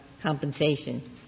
compensation